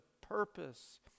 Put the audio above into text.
purpose